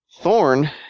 Thorn